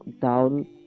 down